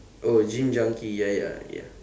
oh gym junkie ya ya ya